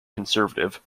conservative